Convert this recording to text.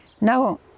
Now